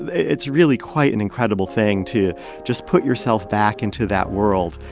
it's really quite an incredible thing to just put yourself back into that world,